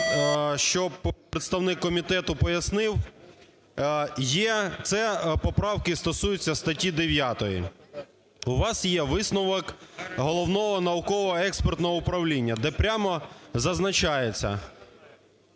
щоб представник комітету пояснив. Є, це поправки стосуються статті 9. У вас є висновок Головного науково-експертного управління, де прямо зазначається...